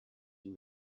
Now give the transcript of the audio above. you